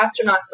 astronauts